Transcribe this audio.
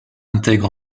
intègre